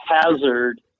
hazard